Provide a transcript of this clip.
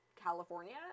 California